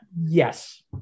Yes